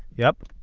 yup